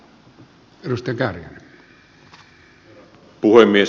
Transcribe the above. herra puhemies